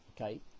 okay